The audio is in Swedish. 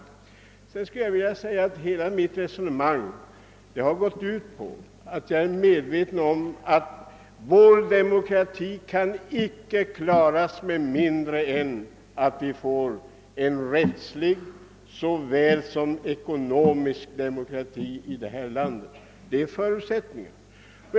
Hela mitt resonemang har grundats på att jag är medveten om att vår demokrati icke kan klaras med mindre än att vi får rättslig såväl som ekonomisk demokrati i vårt land; det är helt enkelt förutsättningen.